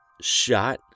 shot